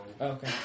Okay